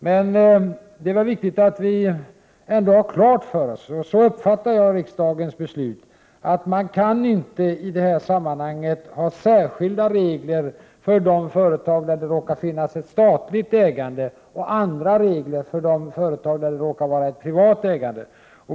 Det är väl viktigt att vi ändå har klart för oss — så uppfattar jag riksdagens beslut — att man i detta sammanhang inte kan ha särskilda regler för de företag där det råkar finnas ett statligt ägande och andra regler för de företag där det råkar vara ett privat ägande.